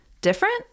different